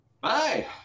Bye